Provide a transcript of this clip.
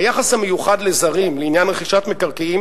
היחס המיוחד לזרים לעניין רכישת מקרקעין